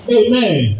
amen